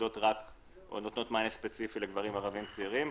שממוקדות ספציפית לגברים ערבים צעירים.